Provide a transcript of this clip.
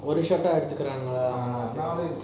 ஒரு:oru shot eh எடுக்குறாங்களா:eaduthukurangala